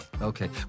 Okay